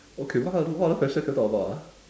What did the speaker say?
okay what other what other questions can we talk about ah